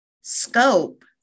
scope